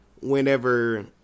whenever